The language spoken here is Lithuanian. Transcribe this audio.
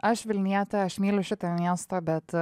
aš vilnietė aš myliu šitą miestą bet